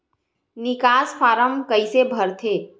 निकास फारम कइसे भरथे?